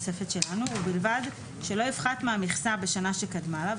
ובלבד שלא יפחת מהמכסה בשנה שקדמה לה,